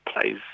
plays